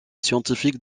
scientifique